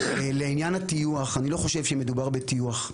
לעניין הטיוח, אני לא חושב שמדובר בטיוח.